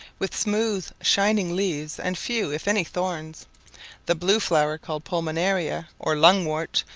with smooth shining leaves and few if any thorns the blue flower called pulmonaria or lungwort,